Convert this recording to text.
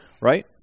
right